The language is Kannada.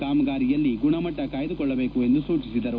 ಕಾಮಗಾರಿಯಲ್ಲಿ ಗುಣಮಟ್ಟ ಕಾಯ್ದುಕೊಳ್ಳಬೇಕು ಎಂದು ಸೂಚಿಸಿದರು